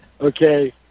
Okay